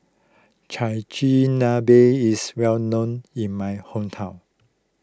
Chigenabe is well known in my hometown